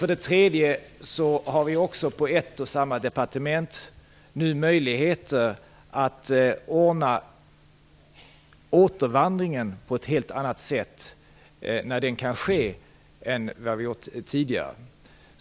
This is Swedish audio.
För det tredje har vi också på ett och samma departement nu möjligheter att ordna återvandringen, när den kan ske, på ett helt annat sätt än vad vi kunnat tidigare.